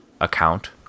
account